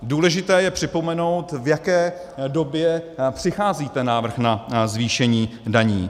Důležité je připomenout, v jaké době přichází návrh na zvýšení daní.